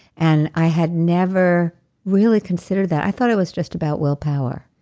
and i had never really considered that. i thought it was just about willpower.